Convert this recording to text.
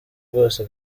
bwose